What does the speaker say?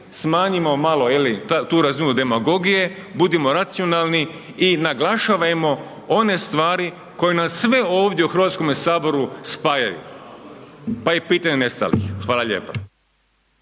smanjimo malo je li tu razinu demagogije, budimo racionalni i naglašavajmo one stvari, koje nas sve ovdje u Hrvatskome saboru spajaju. Pa i pitanje nestalih. Hvala lijepo.